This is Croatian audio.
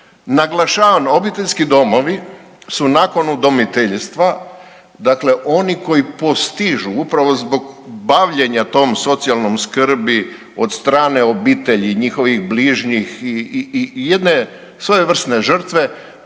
Naglašavam obiteljski domovi su nakon udomiteljstva, dakle oni koji postižu upravo zbog bavljenja tom socijalnom skrbi od strane obitelji, njihovih bližnjih i jedne svojevrsne žrtve